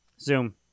Zoom